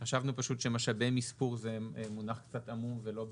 חשבנו פשוט שמשאבי מספור זה מונח קצת עמום ולא ברור.